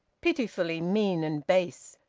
pitifully mean and base.